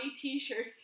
T-shirt